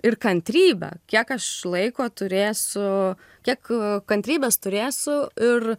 ir kantrybe kiek aš laiko turėsiu kiek kantrybės turėsiu ir